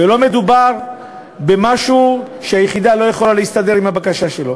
ולא מדובר במשהו שהיחידה לא יכולה להסתדר עם הבקשה שלו.